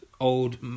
Old